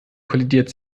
kollidiert